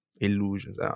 illusions